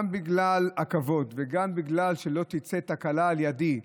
גם בגלל הכבוד וגם כדי שלא תצא תקלה על ידי,